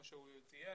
כמו שהוא ציין,